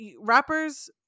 rappers